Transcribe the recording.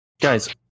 Guys